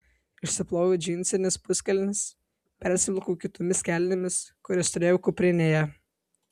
išsiploviau džinsines puskelnes persivilkau kitomis kelnėmis kurias turėjau kuprinėje